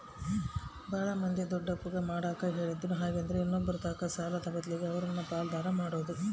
ಬಾಳ ಮಂದಿ ದೊಡ್ಡಪ್ಪಗ ಮಾಡಕ ಹೇಳಿದ್ರು ಹಾಗೆಂದ್ರ ಇನ್ನೊಬ್ಬರತಕ ಸಾಲದ ಬದ್ಲಗೆ ಅವರನ್ನ ಪಾಲುದಾರ ಮಾಡೊದು